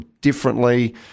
differently